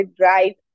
drive